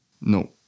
No